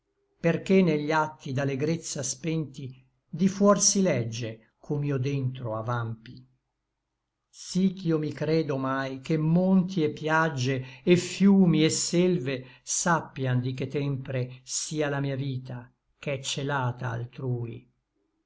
perché negli atti d'alegrezza spenti di fuor si legge com'io dentro avampi sí ch'io mi credo omai che monti et piagge et fiumi et selve sappian di che tempre sia la mia vita ch'è celata altrui